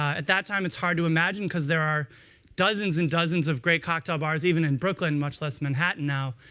at that time it's hard to imagine, because there are dozens and dozens of great cocktail bars, even in brooklyn, much less manhattan now.